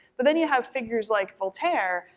but then you have figures like voltaire,